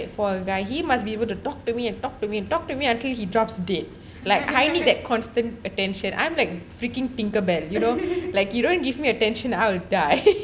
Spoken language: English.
for a guy he must be able to talk to me and talk to me talk to me until he drops dead like climate constant attention I'm like freaking tinkerbell you know like dont give me attention I will die